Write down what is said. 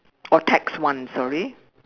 oh tax one sorry